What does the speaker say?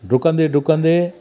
डुकंदे डुकंदे